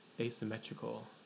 asymmetrical